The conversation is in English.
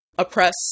oppress